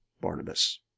Barnabas